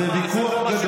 הלכה למעשה זה מה שקורה,